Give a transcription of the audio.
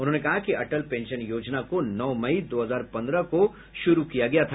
उन्होंने कहा कि अटल पेंशन योजना को नौ मई दो हजार पन्द्रह को शुरू किया गया था